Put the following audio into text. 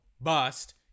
bust